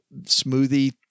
smoothie